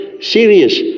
serious